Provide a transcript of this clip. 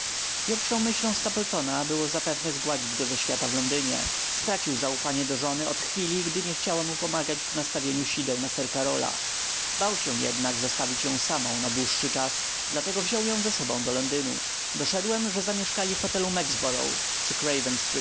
pierwszą myślą stapletona było zapewne zgładzić go ze świata w londynie stracił zaufanie do żony od chwili gdy nie chciała mu pomagać w nastawianiu sideł na sir karola bał się jednak zostawić ją samą na dłuższy czas dlatego wziął ją ze sobą do londynu doszedłem że zamieszkali w hotelu